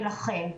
לכן,